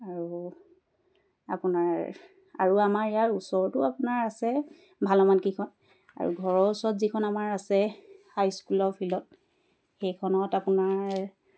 আৰু আপোনাৰ আৰু আমাৰ ইয়াৰ ওচৰতো আপোনাৰ আছে ভালেমান কেইখন আৰু ঘৰৰ ওচৰত যিখন আমাৰ আছে হাইস্কুলৰ ফিল্ডত সেইখনত আপোনাৰ